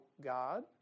God